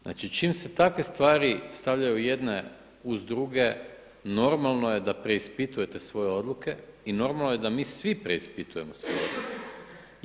Znači čim se takve stvari stavljaju jedne uz druge, normalno je da preispitujete svoje odluke i normalno je da mi svi preispitujemo svoje odluke.